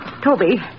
Toby